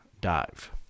dive